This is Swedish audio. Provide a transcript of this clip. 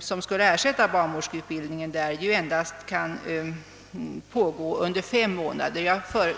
som skulle ersätta barnmorskeutbildningen vid Danderyds sjukhus, endast kan pågå under fem av årets månader.